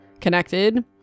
connected